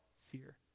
fear